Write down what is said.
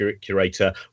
curator